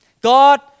God